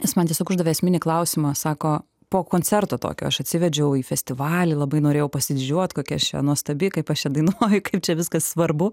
jis man tiesiog uždavė esminį klausimą sako po koncerto tokio aš atsivedžiau į festivalį labai norėjau pasididžiuot kokia aš čia nuostabi kaip aš čia dainuoju kaip čia viskas svarbu